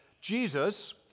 Jesus